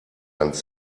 ganz